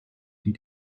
die